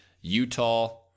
Utah